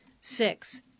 Six